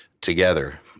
together